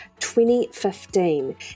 2015